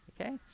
Okay